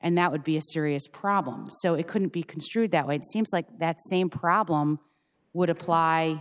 and that would be a serious problem so it couldn't be construed that way it seems like that same problem would apply